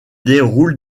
déroule